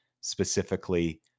specifically